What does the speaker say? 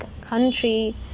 country